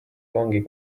vangi